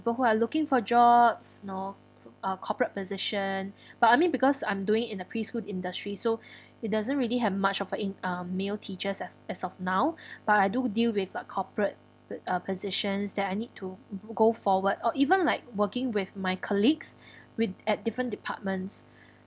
people who are looking for jobs you know uh corporate position but I mean because I'm doing in a preschool industry so it doesn't really have much of a in uh male teachers as as of now but I do deal with like corporate uh positions that I need to go forward or even like working with my colleagues with at different departments